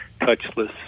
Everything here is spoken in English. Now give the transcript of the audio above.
touchless